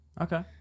Okay